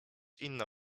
inna